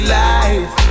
life